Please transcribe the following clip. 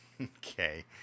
Okay